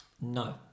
No